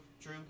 true